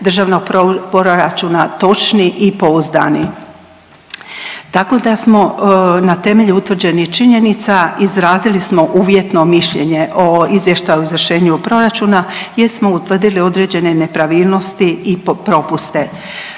državnog proračuna točni i pouzdani, tako da smo na temelju utvrđenih činjenica, izrazili smo uvjetno mišljenje o Izvještaju o izvršenju proračuna jer smo utvrdili određene nepravilnosti i propuste.